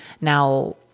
Now